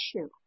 issue